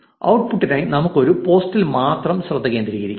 ഔട്ട്പുട്ടിനായി നമുക്ക് ഒരു പോസ്റ്റിൽ മാത്രം ശ്രദ്ധ കേന്ദ്രീകരിക്കാം